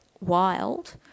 wild